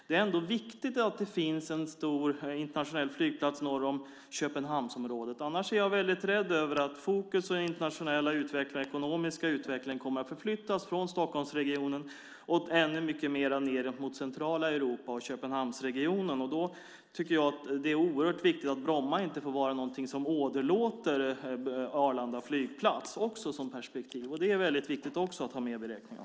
Det är ändå viktigt att det finns en stor internationell flygplats norr om Köpenhamnsområdet, annars är jag väldigt rädd för att fokus och den ekonomiska utvecklingen kommer att förflyttas från Stockholmsregionen och ännu mycket mer ned mot centrala Europa och Köpenhamnsregionen. Då tycker jag att det är oerhört viktigt att Bromma inte får vara någonting som åderlåter Arlanda flygplats. Det är också ett perspektiv som det är väldigt viktigt att ha med i beräkningen.